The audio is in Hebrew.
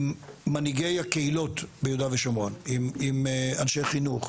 מנהיגי הקהילות ביהודה ושומרון עם אנשי חינוך,